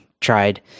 tried